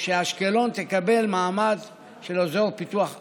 שאשקלון תקבל מעמד של אזור פיתוח א'